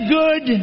good